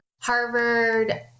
Harvard